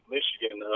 Michigan